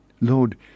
Lord